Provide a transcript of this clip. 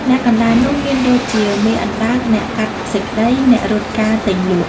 អ្នកកណ្ដាលនោះមានដូចជា មេអណ្ដើក អ្នកកាត់សេចក្ដី អ្នករត់ការទិញលក់ ។